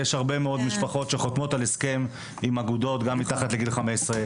יש הרבה מאוד משפחות שחותמות על הסכם עם אגודות גם מתחת לגיל 15,